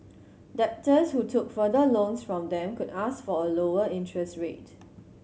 debtors who took further loans from them could ask for a lower interest rate